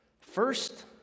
First